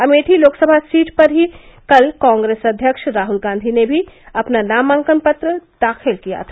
Amethi Lok Sabha seat पर ही कल कॉग्रेस अध्यक्ष राहुल गांधी ने भी अपना नामांकन पत्र दाखिल किया था